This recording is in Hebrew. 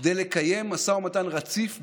כדי לקיים משא ומתן רצוף בתיווכו,